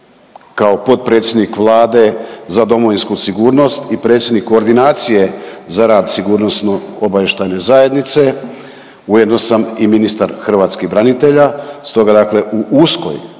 kao potpredsjednik Vlade za Domovinsku sigurnost i predsjednik koordinacije za rad sigurnosno-obavještajne zajednice. Ujedno sam i ministar hrvatskih branitelja, stoga dakle u uskoj